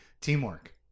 teamwork